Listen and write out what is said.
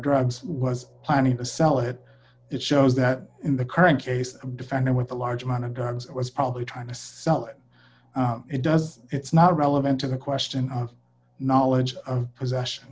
drugs was planning to sell it it shows that in the current case defend it with a large amount of drugs it was probably trying to sell it does it's not relevant to the question of knowledge of possession